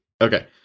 Okay